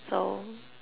so